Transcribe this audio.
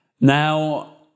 now